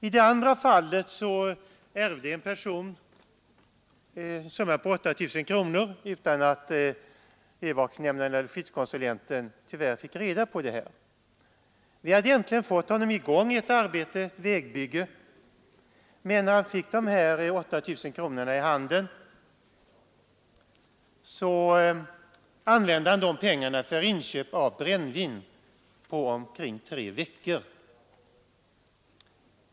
I det andra fallet ärvde en person en summa på 8 000 kronor, tyvärr utan att övervakningsnämnden eller skyddskonsulenten fick reda på det. Vi hade äntligen fått honom i gång i ett arbete — ett vägbygge — men när han fick de 8 000 kronorna i handen använde han pengarna på omkring tre veckor för inköp av brännvin.